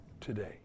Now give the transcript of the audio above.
today